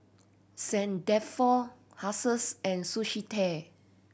Saint Dalfour Asus and Sushi Tei